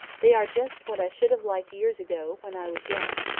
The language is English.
they are just what i should have liked years ago when i was young.